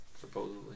Supposedly